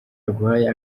yaguhaye